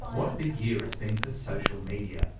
what a big year it's been for social media.